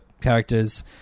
characters